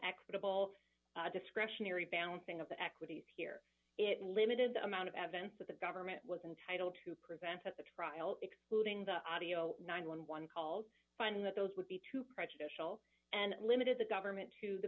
equitable discretionary balancing of the equities here it limited the amount of evidence that the government was entitled to present at the trial excluding the audio nine hundred and eleven calls finding that those would be too prejudicial and limited the government to the